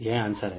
यह आंसर है